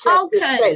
Okay